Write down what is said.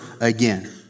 again